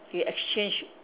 they exchange